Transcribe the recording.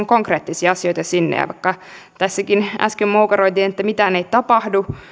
konkreettisia asioita sinne ja vaikka tässäkin äsken moukaroitiin että mitään ei tapahdu